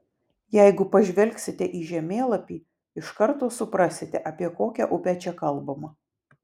jeigu pažvelgsite į žemėlapį iš karto suprasite apie kokią upę čia kalbama